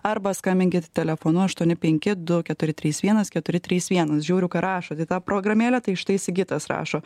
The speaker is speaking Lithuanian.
arba skambinkit telefonu aštuoni penki du keturi trys vienas keturi trys vienas žiūriu ką rašot į tą programėlę tai štai sigitas rašo